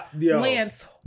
Lance